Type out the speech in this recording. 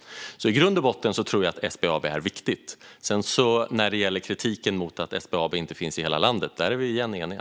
I grund och botten tror jag alltså att SBAB är viktigt, men när det gäller kritiken mot att SBAB inte finns i hela landet är vi eniga.